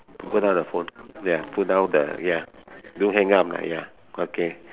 put down the phone ya put down the ya don't hang up ya okay